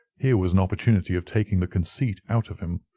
here was an opportunity of taking the conceit out of him.